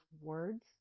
words